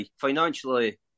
Financially